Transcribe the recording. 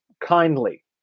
kindly